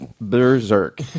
berserk